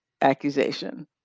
accusation